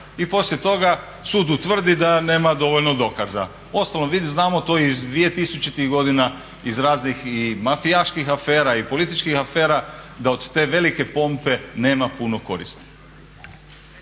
i poslije toga sud utvrdi da nema dovoljno dokaza. Uostalom, znamo to i iz 2000.-ih godina iz razni mafijaških afera i političkih afera da od te velike pompe nema puno koristi.